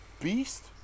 beast